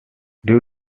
due